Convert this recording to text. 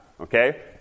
Okay